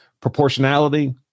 Proportionality